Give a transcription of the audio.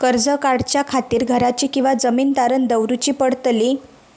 कर्ज काढच्या खातीर घराची किंवा जमीन तारण दवरूची पडतली?